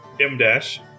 M-dash